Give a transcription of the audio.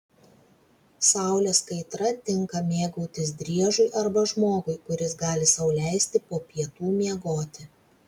saulės kaitra tinka mėgautis driežui arba žmogui kuris gali sau leisti po pietų miegoti